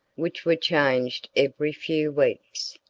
which were changed every few weeks.